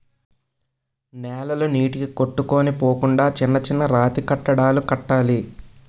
నేలలు నీటికి కొట్టుకొని పోకుండా చిన్న చిన్న రాతికట్టడాలు కట్టాలి